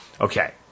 Okay